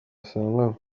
asanganywe